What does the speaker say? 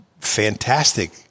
fantastic